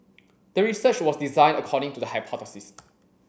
the research was designed according to the hypothesis